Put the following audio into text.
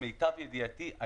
למיטב ידיעתי,